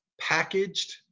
packaged